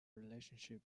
relationship